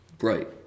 Right